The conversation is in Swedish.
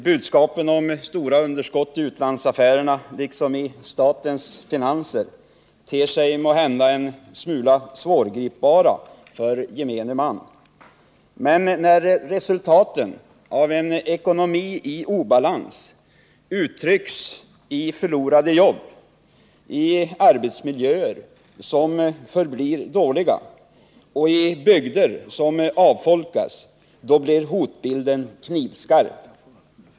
Budskapen om stora underskott i utlandsaffärerna liksom i statens finanser ter sig måhända en smula svårgripbara för gemene man, men när resultaten av en ekonomi i obalans uttrycks i förlorade jobb, i arbetsmiljöer som förblir dåliga och i bygder som avfolkas, då blir hotbilden knivskarp.